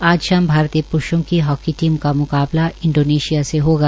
आज शाम भारतीय प्रूषों की हाकी टीम का म्काबला इंडोनेशिया से होगा